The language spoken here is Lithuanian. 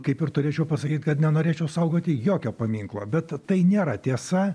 kaip ir turėčiau pasakyti kad nenorėčiau saugoti jokio paminklo bet tai nėra tiesa